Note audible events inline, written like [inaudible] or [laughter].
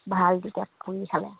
[unintelligible]